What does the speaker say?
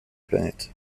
planète